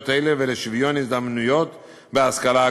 אלה ולשוויון הזדמנויות בהשכלה גבוהה.